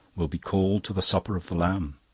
will be called to the supper of the lamb.